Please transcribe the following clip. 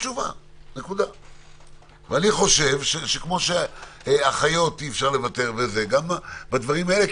אני חושב שכמו שעל אחיות אי אפשר לוותר כך גם עליהם.